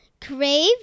Crave